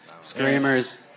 Screamers